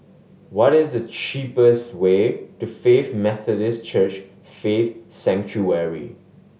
what is the cheapest way to Faith Methodist Church Faith Sanctuary